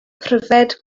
pryfed